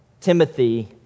Timothy